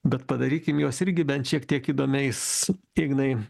bet padarykim juos irgi bent šiek tiek įdomiais ignai